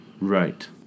Right